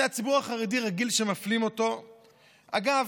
הציבור החרדי רגיל שמפלים אותו, אגב,